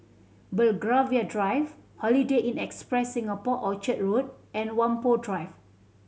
Belgravia Drive Holiday Inn Express Singapore Orchard Road and Whampoa Drive